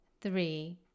Three